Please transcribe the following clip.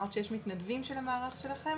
אמרת שיש מתנדבים של המערך שלכם?